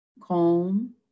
calm